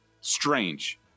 strange